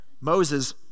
Moses